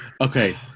Okay